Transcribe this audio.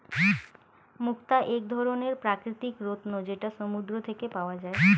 মুক্তা এক ধরনের প্রাকৃতিক রত্ন যেটা সমুদ্র থেকে পাওয়া যায়